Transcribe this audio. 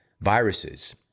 viruses